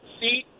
seat